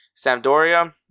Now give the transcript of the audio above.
Sampdoria